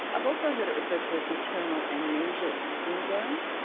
i've also heard it referred to as maternal amnesia syndrome.